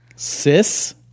sis